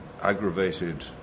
aggravated